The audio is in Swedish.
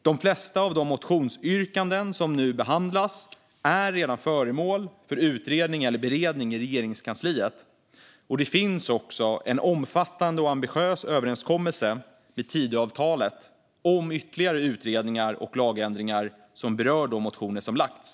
De flesta av de motionsyrkanden som nu behandlas är redan föremål för utredning eller beredning i Regeringskansliet. Det finns också en omfattande och ambitiös överenskommelse i Tidöavtalet om ytterligare utredningar och lagändringar som berör de motioner som väckts.